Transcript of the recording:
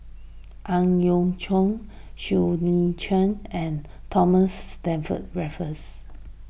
Ang Yau Choon Siow Lee Chin and Thomas Stamford Raffles